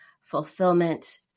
fulfillment